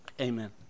Amen